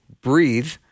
breathe